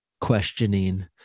questioning